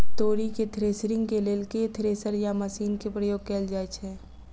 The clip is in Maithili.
तोरी केँ थ्रेसरिंग केँ लेल केँ थ्रेसर या मशीन केँ प्रयोग कैल जाएँ छैय?